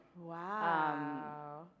Wow